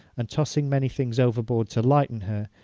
and tossing many things overboard to lighten her,